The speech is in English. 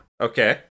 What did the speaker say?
Okay